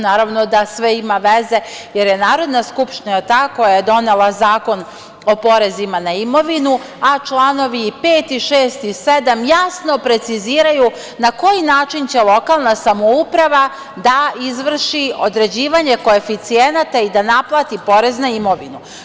Naravno da sve ima veze, jer je Narodna skupština ta koja je donela Zakon o porezima na imovinu, a članovi 5, 6. i 7. jasno preciziraju na koji način će lokalna samouprava da izvrši određivanje koeficijenata i da naplati porez na imovinu.